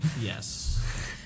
Yes